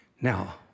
Now